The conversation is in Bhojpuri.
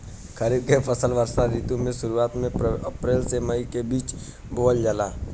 खरीफ के फसल वर्षा ऋतु के शुरुआत में अप्रैल से मई के बीच बोअल जाला